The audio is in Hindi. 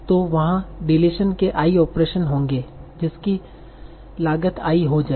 तो वहाँ डिलीशन के i ऑपरेशन होंगे जिकसी लागत i हो जाएगी